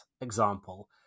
example